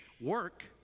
work